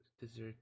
dessert